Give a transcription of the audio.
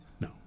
No